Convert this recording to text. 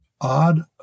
odd